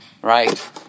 Right